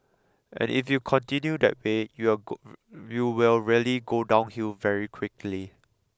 and if you continue that way you'll go you will really go downhill very quickly